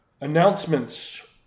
Announcements